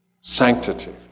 sanctity